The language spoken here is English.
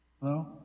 Hello